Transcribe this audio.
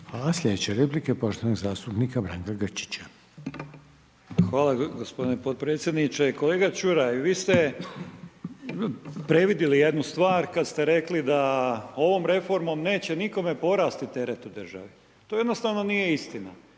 Sljedeća replika poštovanog zastupnika Branka Grčića. **Grčić, Branko (SDP)** Hvala gospodine potpredsjedniče. Kolega Čuraj, vi ste previdjeli jednu stvar kad ste rekli da ovom reformom neće nikome porasti teret u državi, to jednostavno nije istina